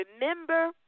remember